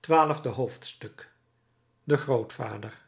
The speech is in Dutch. twaalfde hoofdstuk de grootvader